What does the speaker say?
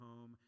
home